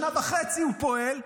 שנה וחצי הוא פועל,